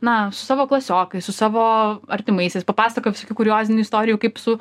na su savo klasiokais su savo artimaisiais papasakoja visokių kuriozinių istorijų kaip su